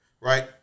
right